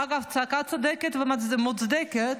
אגב, צעקה צודקת ומוצדקת,